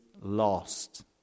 lost